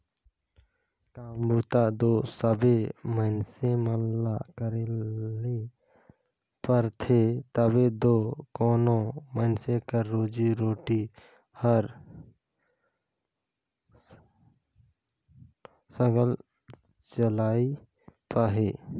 काम बूता दो सबे मइनसे मन ल करे ले परथे तबे दो कोनो मइनसे कर रोजी रोटी हर सरलग चइल पाही